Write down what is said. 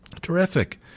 terrific